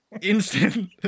Instant